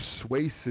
persuasive